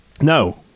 No